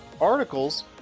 articles